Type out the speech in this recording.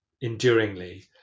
enduringly